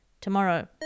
tomorrow